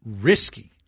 risky